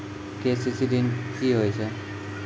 KCC ॠन की होय छै?